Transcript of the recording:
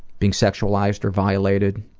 being sexualized or violated,